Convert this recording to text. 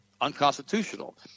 unconstitutional